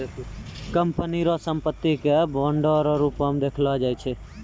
company रो संपत्ति के बांडो रो रूप मे देखलो जाय छै